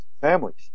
families